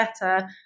better